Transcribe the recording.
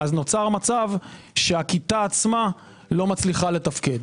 נוצר מצב שהכיתה עצמה לא מצליחה לתפקד.